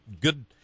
good